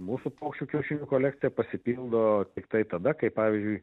mūsų paukščių kiaušinių kolekcija pasipildo tiktai tada kai pavyzdžiui